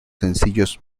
sencillos